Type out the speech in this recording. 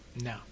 no